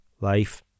life